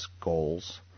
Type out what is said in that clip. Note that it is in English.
goals